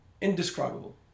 indescribable